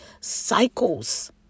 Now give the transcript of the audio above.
cycles